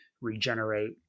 regenerate